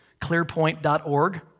clearpoint.org